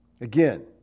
Again